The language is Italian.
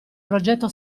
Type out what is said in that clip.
progetto